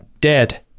dead